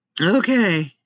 Okay